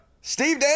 Steve